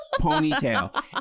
ponytail